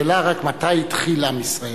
השאלה רק מתי התחיל עם ישראל,